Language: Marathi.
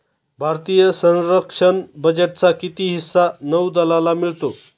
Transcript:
भारतीय संरक्षण बजेटचा किती हिस्सा नौदलाला मिळतो?